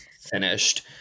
finished